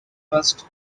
passed